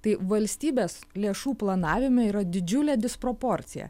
tai valstybės lėšų planavime yra didžiulė disproporcija